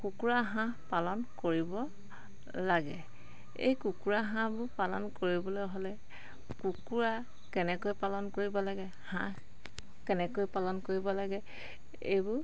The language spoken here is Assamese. কুকুৰা হাঁহ পালন কৰিব লাগে এই কুকুৰা হাঁহবোৰ পালন কৰিবলৈ হ'লে কুকুৰা কেনেকৈ পালন কৰিব লাগে হাঁহ কেনেকৈ পালন কৰিব লাগে এইবোৰ